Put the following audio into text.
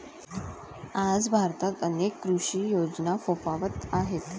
आज भारतात अनेक कृषी योजना फोफावत आहेत